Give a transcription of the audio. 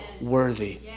worthy